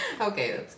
Okay